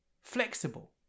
flexible